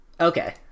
Okay